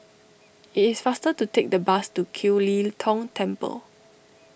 it is faster to take the bus to Kiew Lee Tong Temple